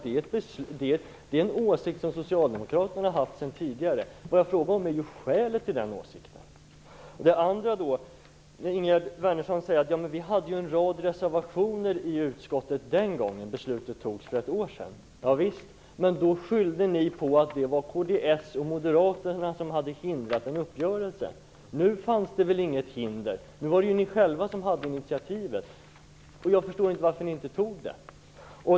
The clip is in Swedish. Det är en åsikt som Socialdemokraterna haft sedan tidigare. Det jag frågar om är skälet till den åsikten. För det andra sade Ingegerd Wärnersson att Socialdemokraterna avgav en rad reservationer till utskottets betänkande den gången beslutet fattades för ett år sedan. Javisst. Men då skyllde ni på att det var kds och Moderaterna som hade hindrat en uppgörelse. Nu fanns det väl inget hinder? Nu var det ni själva som hade initiativet. Jag förstår inte varför ni inte tog det.